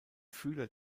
fühler